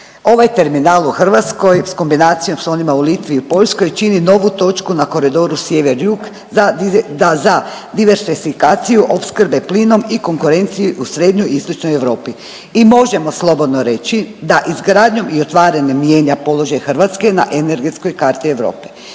ovaj terminal u Hrvatskoj s kombinacijom s onim u Litvi i Poljskoj čini novu točku na koridoru sjever jug da za diversifikaciju opskrbe plinom i konkurenciju u srednjoj i istočnoj Europi. I možemo slobodno reći da izgradnjom i otvaranjem mijenja položaj Hrvatske na energetskoj karti Europe.